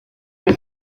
que